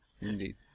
Indeed